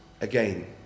again